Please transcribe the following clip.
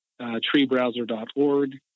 treebrowser.org